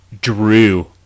Drew